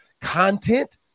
content